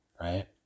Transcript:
right